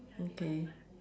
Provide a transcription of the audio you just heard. okay